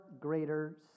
greater